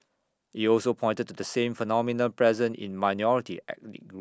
he also pointed to the same phenomena present in minority ethnic groups